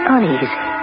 uneasy